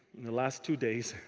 in the last two days,